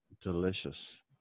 Delicious